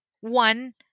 one